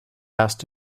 asked